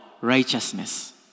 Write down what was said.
righteousness